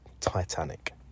titanic